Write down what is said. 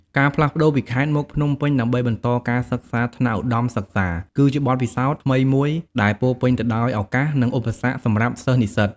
ការផ្លាស់ប្ដូរពីខេត្តមកភ្នំពេញដើម្បីបន្តការសិក្សាថ្នាក់ឧត្ដមសិក្សា គឺជាបទពិសោធន៍ថ្មីមួយដែលពោរពេញទៅដោយឱកាស និងឧបសគ្គសម្រាប់សិស្សនិស្សិត។